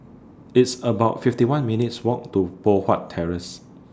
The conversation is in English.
It's about fifty one minutes' Walk to Poh Huat Terrace